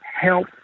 help